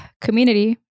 community